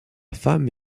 femme